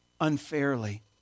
unfairly